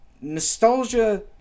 nostalgia